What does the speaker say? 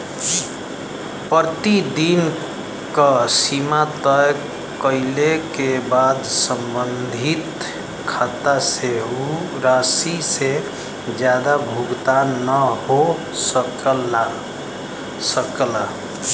प्रतिदिन क सीमा तय कइले क बाद सम्बंधित खाता से उ राशि से जादा भुगतान न हो सकला